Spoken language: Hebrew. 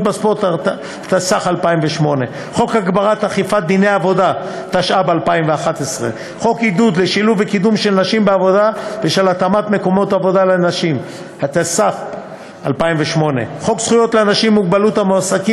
75. חוק איסור אלימות בספורט,